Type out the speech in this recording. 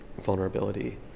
vulnerability